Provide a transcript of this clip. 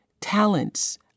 talents